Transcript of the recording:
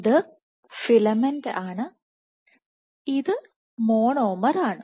ഇത് ഫിലമെന്റ് ആണ് ഇത് മോണോമർ ആണ്